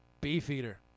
Beefeater